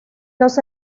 los